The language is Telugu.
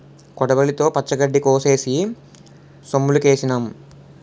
కొడవలితో పచ్చగడ్డి కోసేసి సొమ్ములుకేసినాం